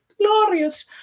glorious